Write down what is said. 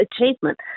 achievement